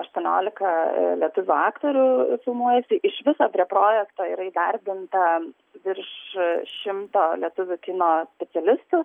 aštuoniolika lietuvių aktorių filmuojasi iš viso prie projekto yra įdarbinta virš šimto lietuvių kino specialistų